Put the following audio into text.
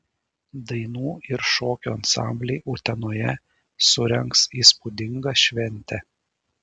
dainų ir šokių ansambliai utenoje surengs įspūdingą šventę